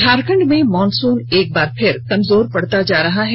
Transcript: झारखंड में मॉनसून एक बार फिर कमजोर पड़ता जा रहा है